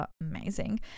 amazing